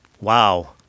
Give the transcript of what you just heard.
Wow